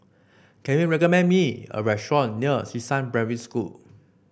can you recommend me a restaurant near Xishan Primary School